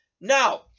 now